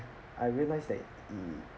I realised that it